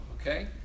Okay